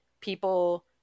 people